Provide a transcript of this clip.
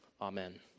amen